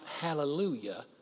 hallelujah